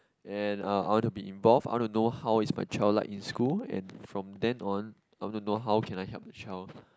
and I I want to be involved I want to know how is my child like in school and from then on I want to know how can I help the child